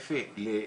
אנחנו גם